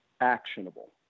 actionable